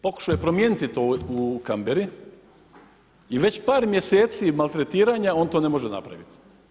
Pokušao je promijeniti to u Camberrai i već par mjeseci maltretiranja on to ne može napraviti.